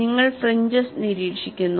നിങ്ങൾ ഫ്രിഞ്ചസ് നിരീക്ഷിക്കുന്നു